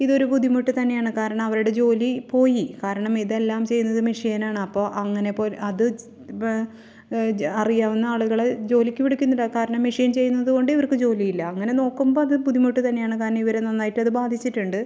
ഇതൊരു ബുദ്ധിമുട്ട് തന്നെയാണ് കാരണം അവരുടെ ജോലി പോയി കാരണം ഇതെല്ലാം ചെയ്തത് മെഷീൻ ആണ് അപ്പോൾ അങ്ങനെ അത് അറിയാവുന്ന ആളുകൾ ജോലിക്ക് വിളിക്കുന്നില്ല കാരണം മെഷീൻ ചെയ്യുന്നത് കൊണ്ട് ഇവർക്ക് ജോലിയില്ല അങ്ങനെ നോക്കുമ്പോൾ അത് ബുദ്ധിമുട്ട് തന്നെയാണ് കാരണം ഇവരെ നന്നായിട്ട് അത് ബാധിച്ചിട്ടുണ്ട്